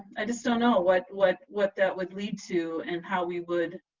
i just don't know what what what that would lead to and how we would